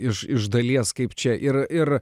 ir iš dalies kaip čia ir ir